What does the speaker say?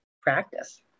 practice